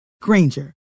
Granger